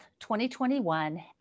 2021